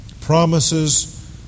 promises